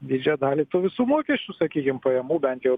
didžiąją dalį tų visų mokesčių sakykim pajamų bent jau